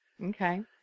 Okay